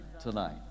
tonight